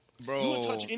Bro